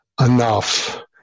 enough